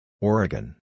Oregon